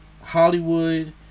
Hollywood